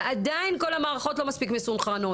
שעדיין כל המערכות לא מספיק מסונכרנות.